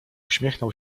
uśmiechnął